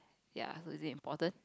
ya so is it important